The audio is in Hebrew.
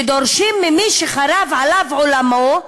שדורשים ממי שחרב עליו עולמו.